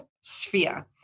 sphere